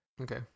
Okay